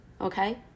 okay